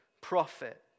prophet